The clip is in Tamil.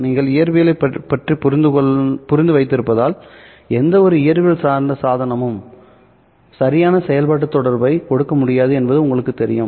நீங்கள் இயற்பியலைப் பற்றி புரிந்து வைத்திருப்பதால் எந்தவொரு இயற்பியல் சார்ந்த சாதனமும் சரியான செயல்பாட்டு தொடர்பை கொடுக்க முடியாது என்பது உங்களுக்கு தெரியும்